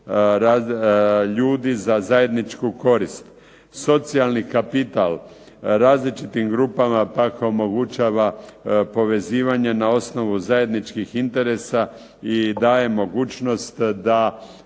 ljudi za zajedničku korist. Socijalni kapital različitim grupama pak omogućava povezivanje na osnovu zajedničkih interesa i daje mogućnost da